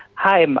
hi, um